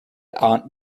aunt